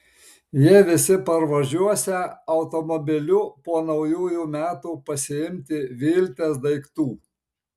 jie visi parvažiuosią automobiliu po naujųjų metų pasiimti viltės daiktų